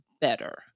better